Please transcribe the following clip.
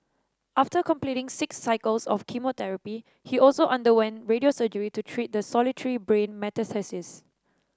after completing six cycles of chemotherapy he also underwent radio surgery to treat the solitary brain metastasis